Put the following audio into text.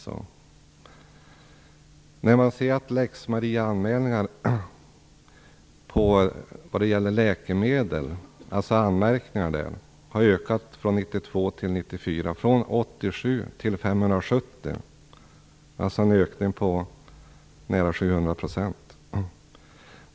Enligt rapporten har antalet anmärkningar vad gäller läkemedel ökat från 1992 till 1994 från 87 till 570, alltså en ökning med nära 700 %.